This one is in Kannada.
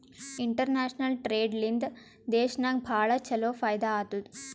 ಇಂಟರ್ನ್ಯಾಷನಲ್ ಟ್ರೇಡ್ ಲಿಂದಾ ದೇಶನಾಗ್ ಭಾಳ ಛಲೋ ಫೈದಾ ಆತ್ತುದ್